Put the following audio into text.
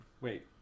Wait